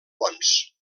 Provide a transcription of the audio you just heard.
pons